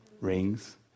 rings